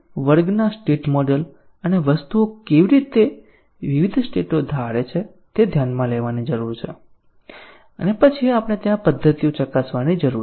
આપણે વર્ગના state model અને વસ્તુઓ કેવી રીતે વિવિધ સ્ટેટો ધારે છે તે ધ્યાનમાં લેવાની જરૂર છે અને પછી આપણે ત્યાં પદ્ધતિઓ ચકાસવાની જરૂર છે